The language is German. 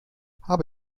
habe